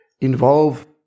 involve